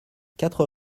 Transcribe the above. quatre